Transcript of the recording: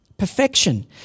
perfection